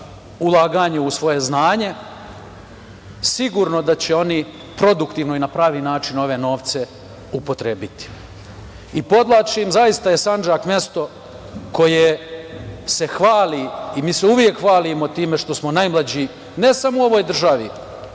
ulaganje u svoje znanje, sigurno je da će oni produktivno i na pravi način ove novce upotrebiti. Podvlačim, zaista je Sandžak mesto koje se hvali i mi se uvek hvalimo time što smo najmlađi, ne samo u ovoj državi,